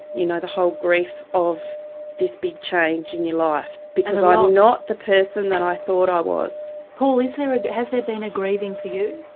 you know the whole grief of this big change in your life, because i'm not the person that i thought i was. paul has there ah has there been a grieving for you?